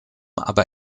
aber